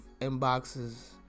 inboxes